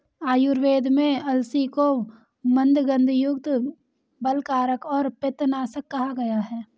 आयुर्वेद में अलसी को मन्दगंधयुक्त, बलकारक और पित्तनाशक कहा गया है